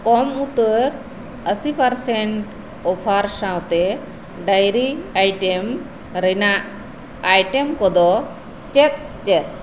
ᱠᱚᱢ ᱩᱛᱟᱹᱨ ᱟᱹᱥᱤ percent offer ᱥᱟᱶᱛᱮ ᱰᱟᱹᱭᱨᱤ ᱟᱭᱴᱮᱢ ᱨᱮᱱᱟᱜ ᱟᱭᱴᱮᱢ ᱠᱚᱫᱚ ᱪᱮᱫ ᱪᱮᱫ